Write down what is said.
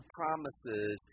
promises